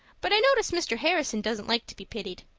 but i notice mr. harrison doesn't like to be pitied.